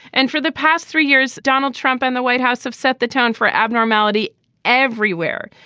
and for the past three years, donald trump and the white house have set the tone for abnormality everywhere.